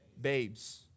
Babes